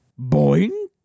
Boing